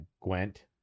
Gwent